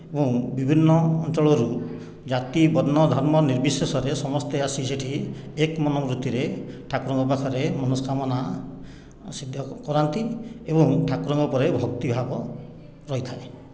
ଏବଂ ବିଭିନ୍ନ ଅଞ୍ଚଳରୁ ଜାତି ବର୍ଣ ଧର୍ମ ନିର୍ବିଶେଷରେ ସମସ୍ତେ ଆସି ସେଠି ଏକ ମନ ବୃତ୍ତିରେ ଠାକୁରଙ୍କ ପାଖରେ ମନସ୍କାମନା କରାନ୍ତି ଏବଂ ଠାକୁରଙ୍କ ଉପରେ ଭକ୍ତି ଭାବ ରହିଥାଏ